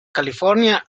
california